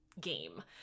game